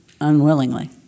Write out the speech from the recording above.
unwillingly